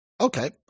Okay